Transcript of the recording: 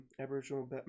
Aboriginal